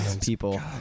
people